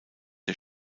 der